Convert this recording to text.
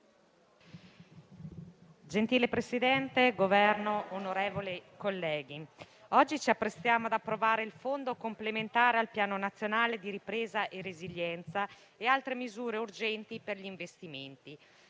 rappresentante del Governo, onorevoli colleghi, oggi ci apprestiamo ad approvare il Fondo complementare al Piano nazionale di ripresa e resilienza e altre misure urgenti per gli investimenti.